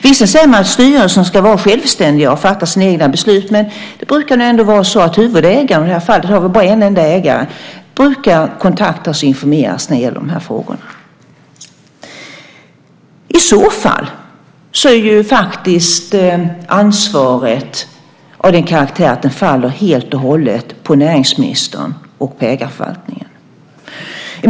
Visserligen sägs det att styrelsen ska vara självständig och fatta sina egna beslut, men huvudägaren - och i det här fallet har vi en enda ägare - brukar nog ändå kontaktas och informeras i dessa frågor. I så fall är ansvaret av sådan karaktär att det helt och hållet faller på näringsministern och på ägarförvaltningen.